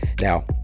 Now